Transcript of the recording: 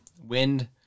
Wind